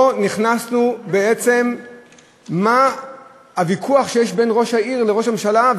לא נכנסנו בעצם לוויכוח שיש בין ראש העיר לראש הממשלה,